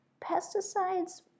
pesticides